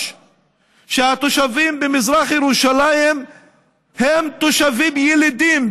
שהתושבים במזרח ירושלים הם תושבים ילידים,